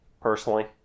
personally